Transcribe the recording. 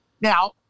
Now